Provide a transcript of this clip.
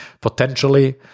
potentially